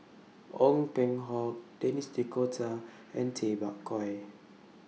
Ong Peng Hock Denis D'Cotta and Tay Bak Koi